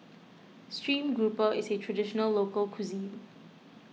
Stream Grouper is a Traditional Local Cuisine